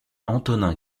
antonin